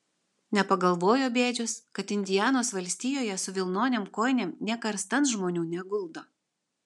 nepagalvojo bėdžius kad indianos valstijoje su vilnonėm kojinėm nė karstan žmonių neguldo